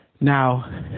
now